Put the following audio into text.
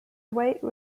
white